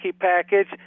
Package